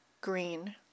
green